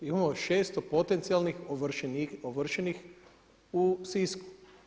Imamo 600 potencijalnih ovršenih u Sisku.